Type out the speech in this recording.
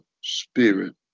spirit